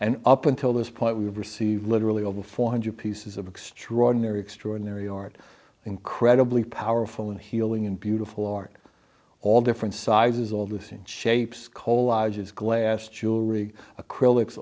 and up until this point we receive literally over four hundred pieces of extraordinary extraordinary art incredibly powerful and healing and beautiful art all different sizes all this in shapes coal lodges glass jewelry acrylics